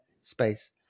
space